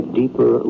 deeper